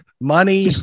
money